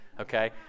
okay